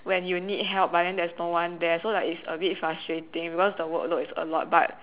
when you need help but then there's no one there so like it's like a bit frustrating because the workload is a lot but